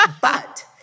But-